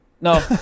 No